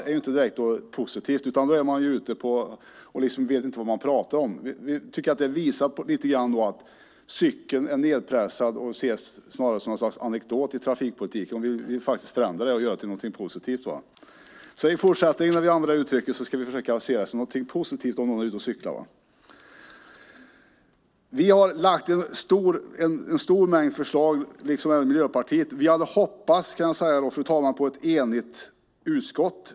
I dag är det något negativt som betyder att man inte vet vad man pratar om. Det visar att cykeln är nedvärderad och ses som en lustighet i trafikpolitiken. Vi vill förändra det och göra det till något positivt. I fortsättningen ska vi försöka se det som något positivt "att vara ute och cykla". Vi har liksom Miljöpartiet lagt fram en stor mängd förslag. Vi hade hoppats, fru talman, på ett enigt utskott.